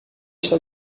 está